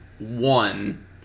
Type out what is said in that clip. one